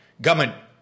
government